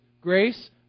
grace